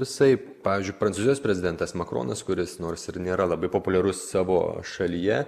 visaip pavyzdžiui prancūzijos prezidentas makronas kuris nors ir nėra labai populiarus savo šalyje